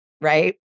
right